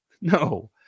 no